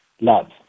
love